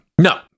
No